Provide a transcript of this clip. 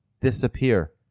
disappear